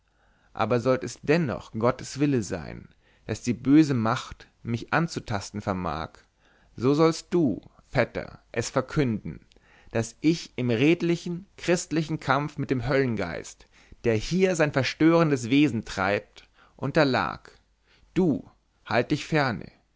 aber sollt es dennoch gottes wille sein daß die böse macht mich anzutasten vermag so sollst du vetter es verkünden daß ich im redlichen christlichen kampf mit dem höllengeist der hier sein verstörendes wesen treibt unterlag du halt dich ferne